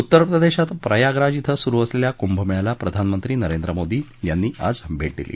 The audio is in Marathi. उत्तर प्रदेशात प्रयागराज श्व सुरु असलेल्या कुंभमेळ्याला प्रधानमंत्री नरेंद्र मोदी आज भेट दिली